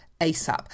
ASAP